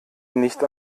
nicht